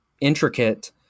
intricate